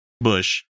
Bush